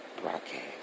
broadcast